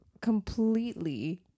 Completely